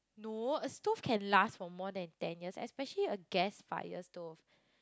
no a stove can last for more than ten years especially a gas fire stove